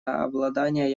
обладания